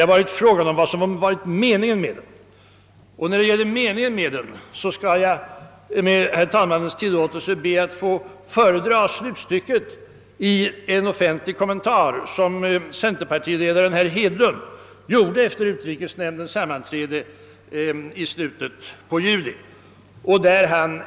Diskussionen har gällt vad som varit meningen med detta. Jag vill i det sammanhanget med herr talmannens tillåtelse föredra slutet av en offentlig kommentar som centerpartiledaren herr Hedlund gjorde efter utrikesnämndens sammanträde i slutet av juli.